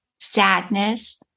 sadness